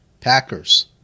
Packers